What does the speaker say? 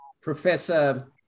Professor